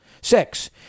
Six